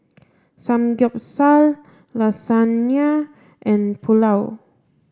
Samgyeopsal Lasagna and Pulao